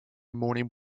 morning